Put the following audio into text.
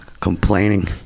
complaining